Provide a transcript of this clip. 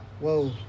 whoa